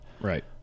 Right